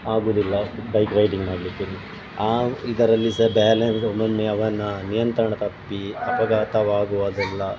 ಆಗುವುದಿಲ್ಲ bike riding ಮಾಡಲಿಕ್ಕೆ ಆ ಇದರಲ್ಲಿ ಸಹ ಬ್ಯಾಲೆನ್ಸ್ ಒಮ್ಮೊಮ್ಮೆ ಅವನ ನಿಯಂತ್ರಣ ತಪ್ಪಿ ಅಪಘಾತವಾಗುವುದೆಲ್ಲ